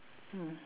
mm